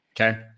Okay